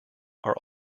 are